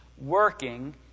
working